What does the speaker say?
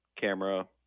camera